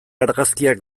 argazkiak